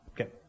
Okay